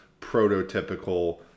prototypical